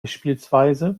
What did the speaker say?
bspw